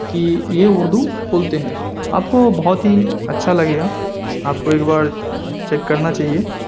کہ یہ اردو بولتے ہیں آپ کو بہت ہی اچھا لگے گا آپ کو ایک بار چیک کرنا چاہیے